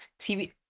TV